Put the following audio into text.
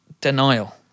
denial